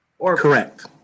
Correct